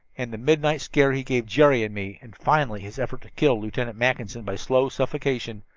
and the midnight scare he gave jerry and me, and finally his effort to kill lieutenant mackinson by slow suffocation,